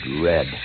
red